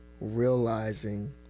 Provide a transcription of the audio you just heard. realizing